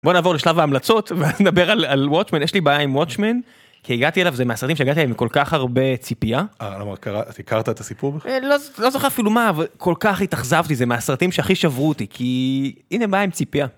בוא נעבור לשלב ההמלצות ונדבר על ווצ'מן, יש לי בעיה עם ווצ'מן, כי הגעתי אליו זה מהסרטים שהגעתי אליהם עם כל כך הרבה ציפייה. אה למה קראת את הסיפור? אה לא זוכר אפילו מה אבל כל כך התאכזבתי זה מהסרטים שהכי שברו אותי כי הנה בעיה עם ציפייה.